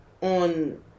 on